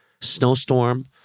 Snowstorm